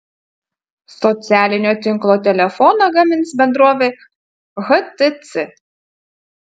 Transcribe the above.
socialinio tinklo telefoną gamins bendrovė htc